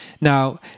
Now